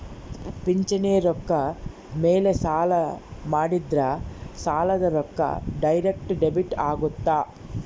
ಪಿಂಚಣಿ ರೊಕ್ಕ ಮೇಲೆ ಸಾಲ ಮಾಡಿದ್ರಾ ಸಾಲದ ರೊಕ್ಕ ಡೈರೆಕ್ಟ್ ಡೆಬಿಟ್ ಅಗುತ್ತ